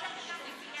חבריי חברי הכנסת,